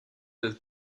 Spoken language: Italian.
del